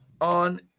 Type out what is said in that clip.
On